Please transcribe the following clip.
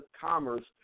commerce